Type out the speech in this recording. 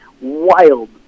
wild